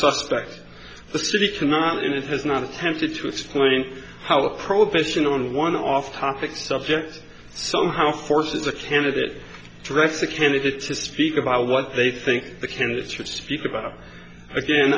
suspect the city tonight and it has not attempted to explain how a prohibition on one off topic subject somehow forces a candidate dress a candidate to speak about what they think the candidates